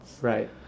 right